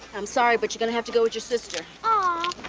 i'm sorry, but you're gonna have to go with your sister. aww.